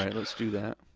and let's do that.